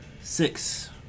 Six